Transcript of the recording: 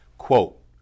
quote